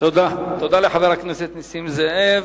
תודה לחבר הכנסת נסים זאב.